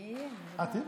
אני אהיה, בוודאי.